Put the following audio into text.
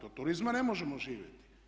Od turizma ne možemo živjeti.